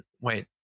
wait